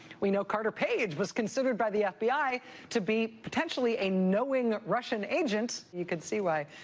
we know carter page was considered by the fbi to be potentially a knowing russian agent, you can see why